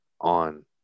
on